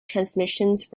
transmissions